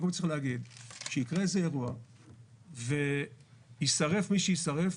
כשיקרה אירוע ויישרף מי שיישרף,